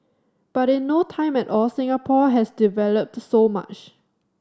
but in no time at all Singapore has developed so much